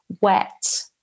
wet